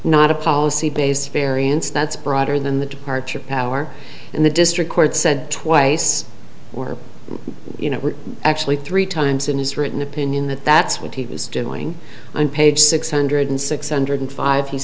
not a policy based variance that's broader than the departure power in the district court said twice or you know actually three times in his written opinion that that's what he was doing on page six hundred six hundred five he